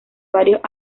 varios